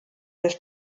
des